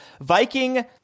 Viking